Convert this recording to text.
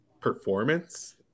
performance